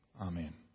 Amen